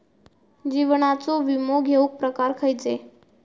जीवनाचो विमो घेऊक प्रकार खैचे?